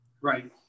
Right